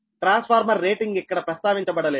transformer rating ఇక్కడ ప్రస్తావించబడలేదు